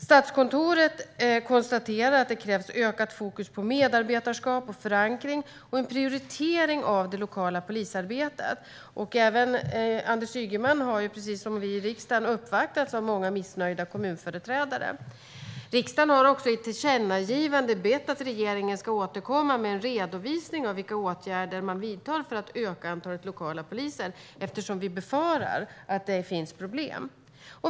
Statskontoret konstaterar att det krävs ökat fokus på medarbetarskap och förankring och en prioritering av det lokala polisarbetet. Anders Ygeman har ju precis som vi i riksdagen uppvaktats av många missnöjda kommunföreträdare. Riksdagen har också i ett tillkännagivande bett att regeringen ska återkomma med en redovisning av vilka åtgärder man vidtar för att öka antalet lokala poliser eftersom vi befarar att det finns problem.